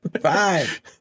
five